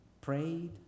prayed